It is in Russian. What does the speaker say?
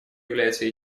является